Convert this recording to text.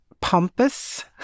pompous